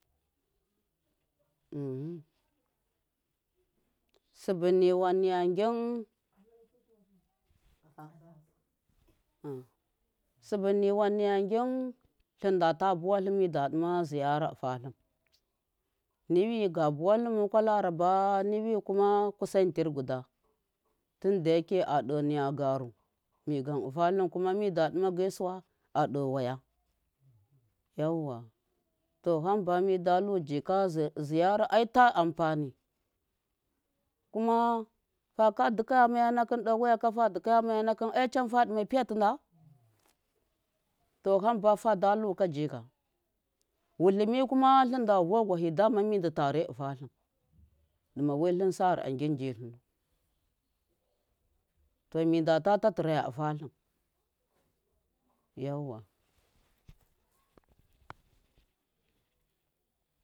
sɨbɨniwan niya gim tlɨn ndata buwatlɨm mi ɗadɨma ziyara ɨfa tlɨn niwi ga buwatlɨn mukwa laraba niwi kuma kusan tir guda tɨn dayake a ɗe niya garu migam ɨna tlɨm kuma mida ɗɨma gaisuwa a ɗe waya yauwa to hamba mida lu jika ziyara ai ta ampanɨ kuma faka dɨkaya maya nakɨm ɗe waya fa dɨkaya maya nakɨn ka ai canfa ɗɨma piyatɨ nda? To hamba fada lu ka jika wutlimi kuma tlɨnda vuwagwahɨ dama mi ndɨ tare ɨna tlɨn dɨmawai ylɨn sar agin ji tlɨnu, to mi ndata tatɨrayau ɨnatlɨn yauwa.